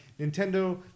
Nintendo